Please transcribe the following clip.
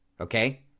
okay